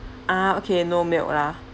ah okay no milk lah